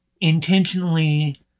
intentionally